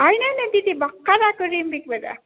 होइन नि दिदी भर्खर आएको रिम्बिकबाट